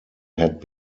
had